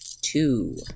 two